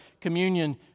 communion